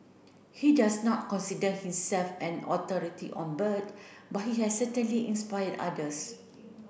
he does not consider himself an authority on bird but he has certainly inspired others